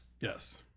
Yes